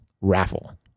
raffle